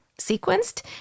sequenced